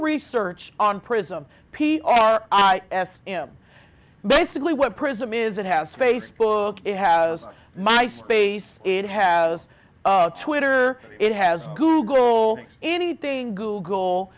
research on prism p i s m basically what prism is it has facebook it has my space it has twitter it has google anything google